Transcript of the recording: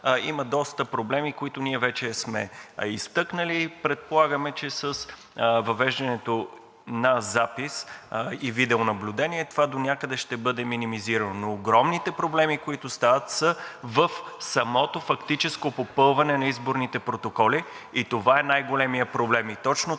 има доста проблеми, които вече сме изтъкнали. Предполагаме, че с въвеждането на запис и видеонаблюдение това донякъде ще бъде минимизирано. Но огромните проблеми, които стават, са в самото фактическо попълване на изборните протоколи и това е най-големият проблем.